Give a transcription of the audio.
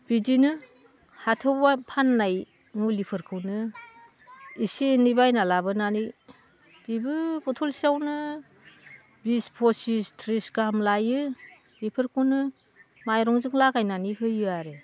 बिदिनो हाथायाव फाननाय मुलिफोरखौनो इसे एनै बायना लाबोनानै बेबो बथलसेयावनो बिस पसिस त्रिस गाहाम लायो बेफोरखौनो माइरंजों लागायनानै होयो आरो